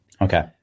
okay